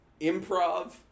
improv